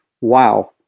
wow